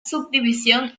subdivisión